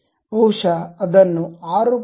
ಬಹುಶಃ ಅದನ್ನು 6